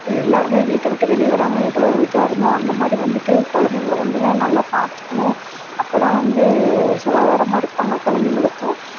எல்லாருமே வீட்டை விட்டு வெளியே வராமல் எவ்வளோ இதாக இருந்தோம் அந்தமாதிரி வந்துட்டு குழந்தைங்கள வந்துட்டு நல்லா பார்த்துக்குணும் அப்போதான் வந்து சுகாதாரமாக இருப்பாங்க குழந்தைகளுக்கும்